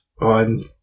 on